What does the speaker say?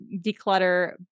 declutter